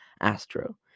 Astro